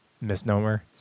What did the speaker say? misnomer